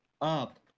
up